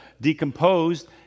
decomposed